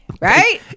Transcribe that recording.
Right